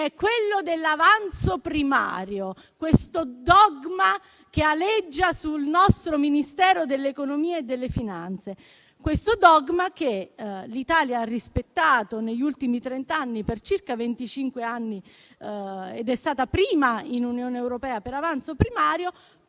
quello dell'avanzo primario, questo dogma che aleggia sul nostro Ministero dell'economia e delle finanze e che l'Italia ha rispettato, negli ultimi trent'anni, per circa venticinque anni. L'Italia è stata prima in Unione europea per avanzo primario;